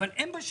אבל הם בשלטון,